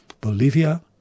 Bolivia